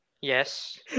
Yes